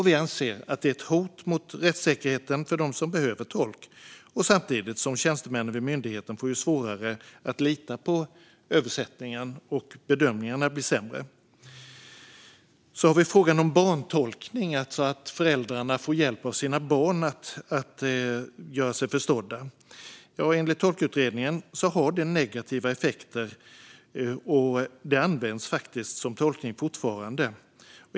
Vi anser att det är ett hot mot rättssäkerheten för dem som behöver tolk. Det blir också svårare för tjänstemännen vid myndigheten att lita på översättningen. Då blir bedömningarna sämre. Sedan har vi frågan om barntolkning, alltså att föräldrar får hjälp av sina barn att göra sig förstådda. Enligt Tolkutredningen har det negativa effekter. Denna typ av tolkning används faktiskt fortfarande.